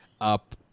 up